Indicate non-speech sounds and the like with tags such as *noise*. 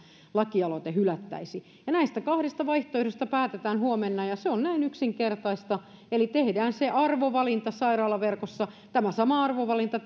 lakialoite hylättäisiin näistä kahdesta vaihtoehdosta päätetään huomenna ja se on näin yksinkertaista eli tehdään se arvovalinta sairaalaverkossa tämä sama arvovalinta *unintelligible*